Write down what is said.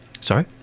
Sorry